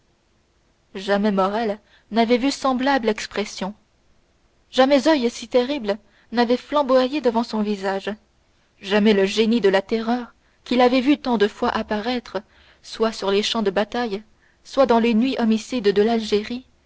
jamais morrel n'avait vu semblable expression jamais oeil si terrible n'avait flamboyé devant son visage jamais le génie de la terreur qu'il avait vu tant de fois apparaître soit sur les champs de bataille soit dans les nuits homicides de l'algérie